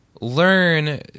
learn